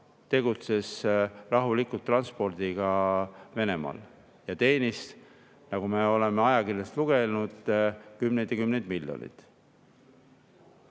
tegutses rahulikult transpordiga Venemaal ja teenis, nagu me oleme ajakirjandusest lugenud, kümneid ja kümneid miljoneid.